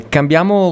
Cambiamo